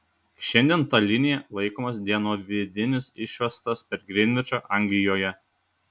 šiandien ta linija laikomas dienovidinis išvestas per grinvičą anglijoje